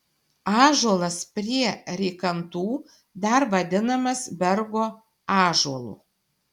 ąžuolas prie rykantų dar vadinamas bergo ąžuolu